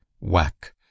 whack